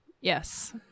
Yes